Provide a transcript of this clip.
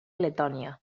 letònia